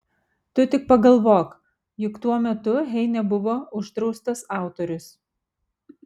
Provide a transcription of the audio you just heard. tu tik pagalvok juk tuo metu heine buvo uždraustas autorius